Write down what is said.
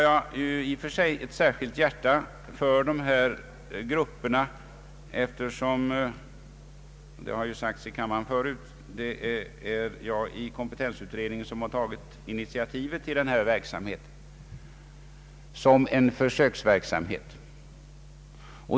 Jag har särskild omtanke om dessa grupper eftersom — det har sagts i kammaren förut — det är jag som i kompetensutredningen tagit initiativ till denna verksamhet som en försöks verksamhet.